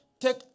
Take